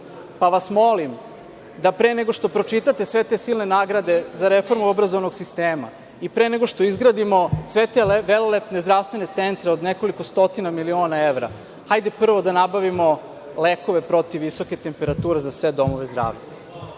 vas, pre nego što pročitate sve te silne nagrade za reformu obrazovnog sistema i pre nego što izgradimo sve te velelepne zdravstvene centre nekoliko stotina miliona evra. Hajde prvo da nabavimo lekove protiv visoke temperature za sve domove zdravlja. Društvo